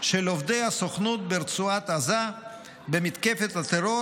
של עובדי הסוכנות ברצועת עזה במתקפת הטרור